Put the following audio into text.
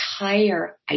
entire